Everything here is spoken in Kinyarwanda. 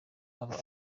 aba